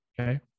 Okay